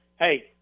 hey